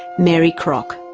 mary crock.